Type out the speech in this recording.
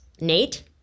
Nate